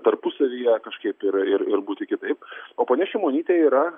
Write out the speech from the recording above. tarpusavyje kažkaip ir ir ir būti kitaip o ponia šimonytė yra